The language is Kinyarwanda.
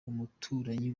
umuturanyi